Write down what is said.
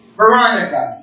Veronica